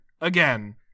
again